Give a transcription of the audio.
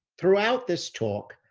throughout this talk,